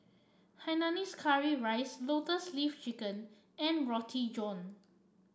Hainanese Curry Rice Lotus Leaf Chicken and Roti John